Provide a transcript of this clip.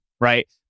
Right